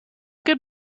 good